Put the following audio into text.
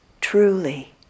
truly